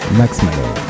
maximum